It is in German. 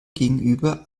gegenüber